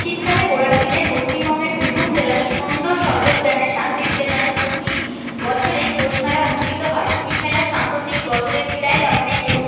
শীতকালের গোড়ার দিকে পশ্চিমবঙ্গের বীরভূম জেলার সুন্দর স্বর্গোদ্যানে শান্তিনিকেতনে প্রতিবছর এই পৌষ মেলা অনুষ্ঠিত হয় এই মেলা সাম্প্রতিক বছরের বিদায় লগ্নে এবং